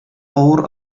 авыр